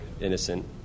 innocent